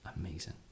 Amazing